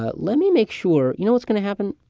ah let me make sure, you know, what's going to happen?